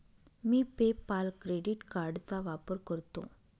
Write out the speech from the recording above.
मी PayPal credit कार्डचा वापर करतो